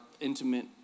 intimate